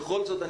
בכל זאת,